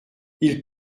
ils